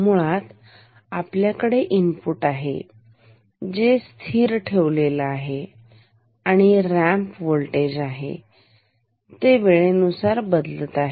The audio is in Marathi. मुळात आपल्याकडे इनपुट आहेजे स्थिर ठेवलेले आहेआणि रॅम्प व्होल्टेज आहे ते वेळेनुसार वाढत आहे